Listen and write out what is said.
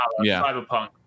Cyberpunk